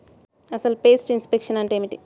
అసలు pest infection అంటే ఏమిటి?